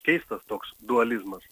keistas toks dualizmas